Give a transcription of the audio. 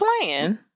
playing